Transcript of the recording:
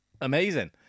Amazing